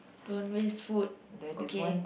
don't waste food okay